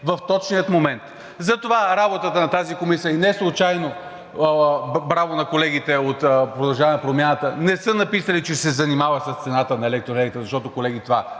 в точния момент. Затова работата на тази комисия – и неслучайно, браво на колегите от „Продължаваме Промяната“, не са написали, че ще се занимават с цената на електроенергията, защото, колеги, това